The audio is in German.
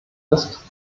ist